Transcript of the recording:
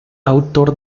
autor